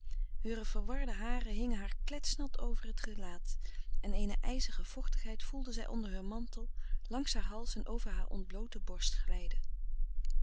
heure verwarde haren hingen haar kletsnat over het gelaat en eene ijzige vochtigheid voelde zij onder heur mantel langs haar hals en over haar ontbloote borst glijden